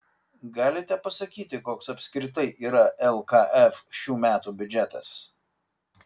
galite pasakyti koks apskritai yra lkf šių metų biudžetas